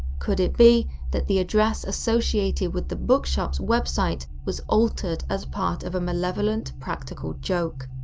could it be that the address associated with the book shop's website was altered as part of a malevolent, practical joke?